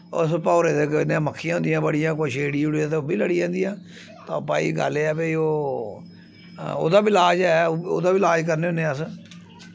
उस भौरे दे कन्नै मक्खियां होंदियां बड़ियां कोई छेड़ी ओड़ै ते ओह् बी लड़ी जंदियां तां भाई गल्ल एह् ऐ भई ओह् ओह्दा बी लाज ऐ ओह्दा बी लाज करने होन्ने अस